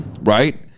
Right